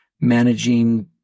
managing